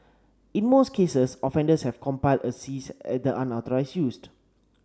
in most cases offenders have complied and ceased unauthorised used